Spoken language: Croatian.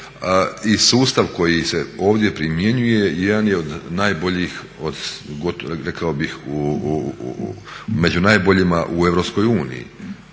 i sustav koji se ovdje primjenjuje jedan je od najboljih rekao bih među najboljima u EU.